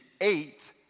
eighth